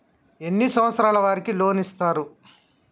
ఎన్ని సంవత్సరాల వారికి లోన్ ఇస్తరు?